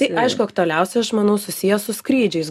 tai aišku aktualiausia aš manau susiję su skrydžiais